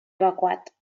evacuat